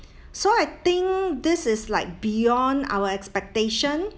so I think this is like beyond our expectation